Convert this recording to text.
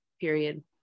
period